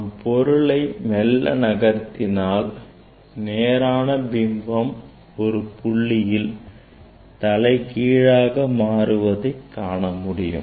நாம் பொருளை மெல்ல நகர்த்தினாள் நேரான பிம்பம் ஒரு புள்ளியில் தலைகீழாக மாறுவதை காண முடியும்